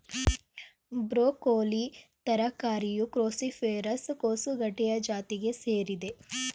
broccoli ತರಕಾರಿಯು cruciferous ಕೋಸುಗಡ್ಡೆಯ ಜಾತಿಗೆ ಸೇರಿದೆ